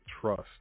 trust